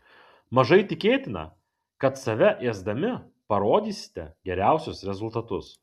mažai tikėtina kad save ėsdami parodysite geriausius rezultatus